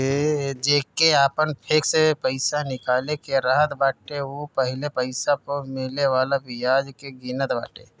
जेके आपन फिक्स पईसा निकाले के रहत बाटे उ पहिले पईसा पअ मिले वाला बियाज के गिनत बाटे